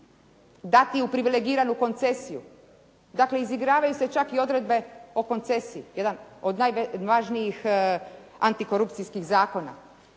dati u privilegiranu koncesiju. Dakle, izigravaju se čak i odredbe o koncesiji, jedan od najvažnijih antikorupcijskih zakona